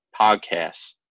podcasts